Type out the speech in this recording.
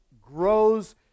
grows